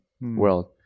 world